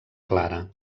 clara